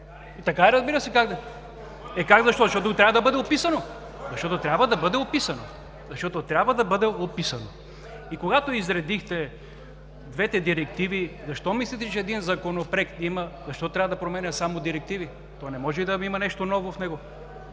за България“.) Как защо? Защото трябва да бъде описано. Защото трябва да бъде описано! И когато изредихте двете директиви, защо мислите, че един Законопроект трябва да променя само директиви? Не може ли да има нещо ново в него?